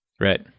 Right